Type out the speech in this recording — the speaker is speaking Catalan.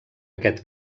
aquest